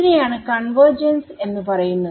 ഇതിനെയാണ് കൺവെർജൻസ് എന്ന് പറയുന്നത്